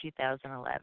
2011